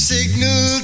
Signal